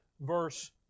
verse